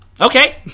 Okay